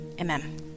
amen